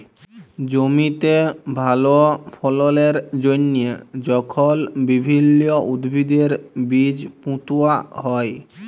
জমিতে ভাল ফললের জ্যনহে যখল বিভিল্ল্য উদ্ভিদের বীজ পুঁতা হ্যয়